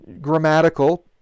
grammatical